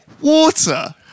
water